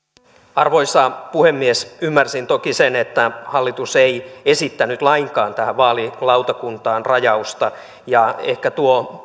arvoisa puhemies ymmärsin toki sen että hallitus ei esittänyt lainkaan vaalilautakuntaan rajausta ja ehkä tuo